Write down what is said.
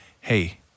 hey